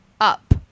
Up